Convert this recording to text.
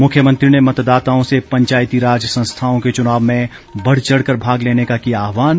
मुख्यमंत्री ने मतदाताओं से पंचायतीराज संस्थाओं के चुनाव में बढ़चढ़ कर भाग लेने का किया आहवान